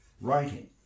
writing